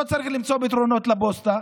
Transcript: לא צריך למצוא פתרונות לפוסטה.